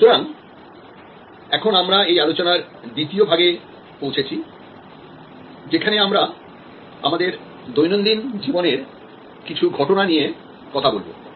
সুতরাং এখন আমরা এই আলোচনার দ্বিতীয় ভাগে পৌঁছেছি যেখানে আমরা আমাদের দৈনন্দিন জীবনের কিছু ঘটনা নিয়ে কথা বলব